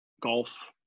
golf